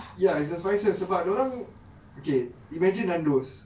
ya it's the spices sebab dia orang okay imagine nandos